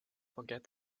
forget